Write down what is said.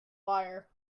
liar